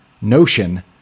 notion